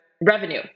revenue